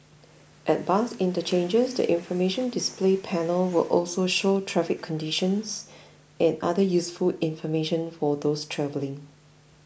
at bus interchanges the information display panel will also show traffic conditions and other useful information for those travelling